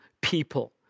people